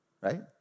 right